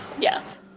Yes